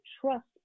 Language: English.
trust